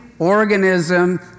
organism